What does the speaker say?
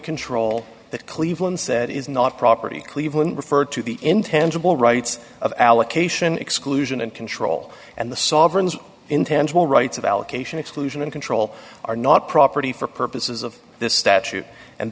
control that cleveland set is not property cleveland referred to the intent of all rights of allocation exclusion and control and the sovereigns intangible rights of allocation exclusion and control are not property for purposes of this statute and